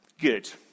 Good